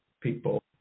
people